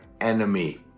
enemy